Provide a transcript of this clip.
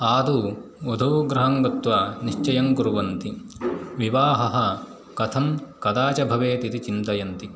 आदौ वधूगृहं गत्वा निश्चयं कुर्वन्ति विवाहः कथं कदा च भवेत् इति चिन्तयन्ति